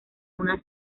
una